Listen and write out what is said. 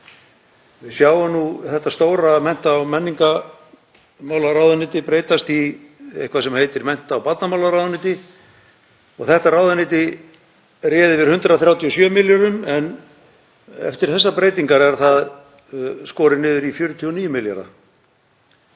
Við sjáum nú þetta stóra mennta- og menningarmálaráðuneyti breytast í eitthvað sem heitir mennta- og barnamálaráðuneyti. Þetta ráðuneyti réði yfir 137 milljörðum en eftir þessar breytingar er það skorið niður í 49 milljarða.